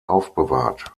aufbewahrt